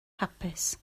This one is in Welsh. hapus